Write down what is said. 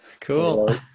cool